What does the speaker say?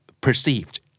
perceived